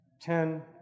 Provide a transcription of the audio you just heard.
ten